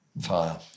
fire